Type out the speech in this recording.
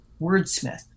wordsmith